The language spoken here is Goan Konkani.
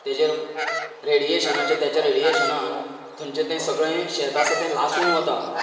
तेजेर रेडियेशनाचेर तेचे रेडियेशनान थंयचें तें सगळें शेत आसा तें लासून वता